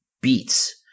beats